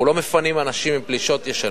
אנחנו לא מפנים אנשים עם פלישות ישנות.